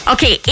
Okay